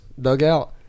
dugout